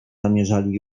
zamierzali